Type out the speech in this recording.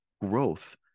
Growth